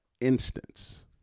instance